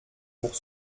pour